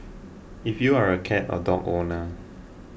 if you are a cat or dog owner